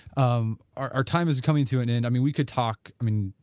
um our our time is coming to an end. i mean, we could talk, i mean,